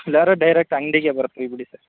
ಇಲ್ಲಾದ್ರೆ ಡೈರೆಕ್ಟ್ ಅಂಗಡಿಗೆ ಬರ್ತೀವಿ ಬಿಡಿ ಸರ್